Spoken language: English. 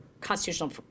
constitutional